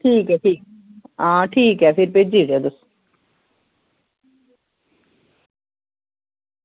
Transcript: ठीक ऐ ठीक ऐ हां ठीक ऐ फिर भेजी ओड़ेओ तुस